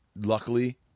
luckily